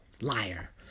liar